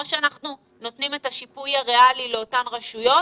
או שאנחנו נותנים את השיפוי הריאלי לאותן רשויות